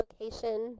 location